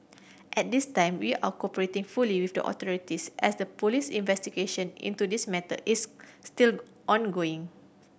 at this time we are cooperating fully with the authorities as a police investigation into this matter is still ongoing